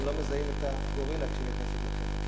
הם לא מזהים את הגורילה כשהיא נכנסת לחדר.